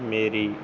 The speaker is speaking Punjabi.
ਮੇਰੀ